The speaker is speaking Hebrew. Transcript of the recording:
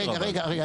רגע, רגע.